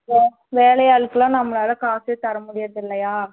வேல் வேலையாளுக்கெல்லாம் நம்மளால் காசே தரமுடியிறதில்லையா